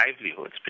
livelihoods